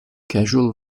casual